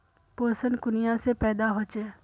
पोषण कुनियाँ से पैदा होचे?